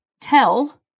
tell